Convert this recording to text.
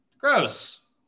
gross